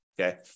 okay